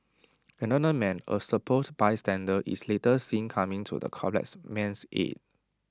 another man A supposed bystander is later seen coming to the collapsed man's aid